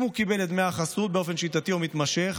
אם הוא קיבל את דמי החסות באופן שיטתי או מתמשך,